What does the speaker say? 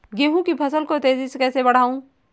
गेहूँ की फसल को तेजी से कैसे बढ़ाऊँ?